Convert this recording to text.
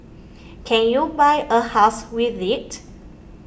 can you buy a house with it